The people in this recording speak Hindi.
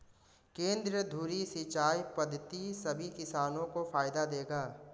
केंद्रीय धुरी सिंचाई पद्धति सभी किसानों को फायदा देगा